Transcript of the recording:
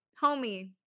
homie